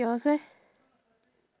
yours eh